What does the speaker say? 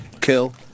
kill